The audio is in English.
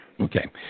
Okay